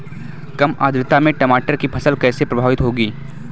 कम आर्द्रता में टमाटर की फसल कैसे प्रभावित होगी?